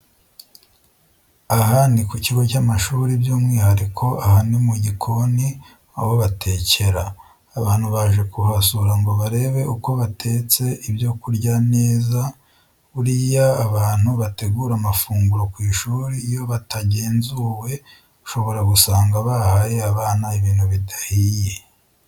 Aha ni ku kigo cy'amashuri byumwihariko aha ni mu gikoni aho batekera, abantu baje kuhasura ngo barebe uko batetse ibyokurya neza, buriya abantu bategura amafunguro ku ishuri iyo batagenzuwe ushobora gusanga bahaye abana ibintu bidahiye.